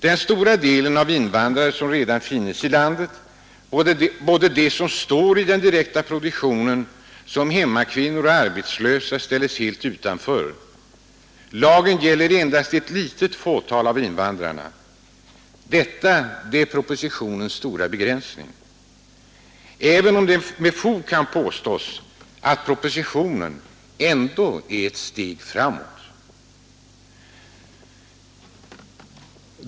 Den stora delen av de invandrare som redan finnes inom landet — såväl de som står i den direkta produktionen som hemmakvin nor och arbetslösa tälles helt utanför. Lagen gäller endast ett litet fåtal av invandrarna. Detta är propositionens stora begränsning, även om det med fog kan påstås att den ändå är ett steg framåt.